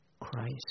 Christ